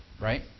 right